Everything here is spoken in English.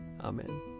Amen